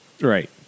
Right